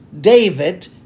David